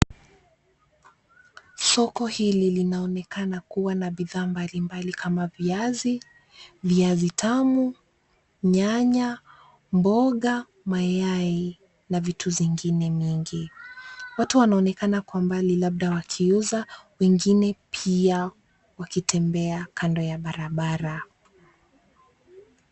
Soko hili linaonekana kuwa na bidhaa mbalimbali kama viazi, viazi tamu, nyanya, mboga, mayai na vitu zingine mingi . Watu wanaonekana kwa mbali labda wakiuza na wengine pia wakitembea kando ya barabara.